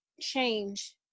change